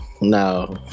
no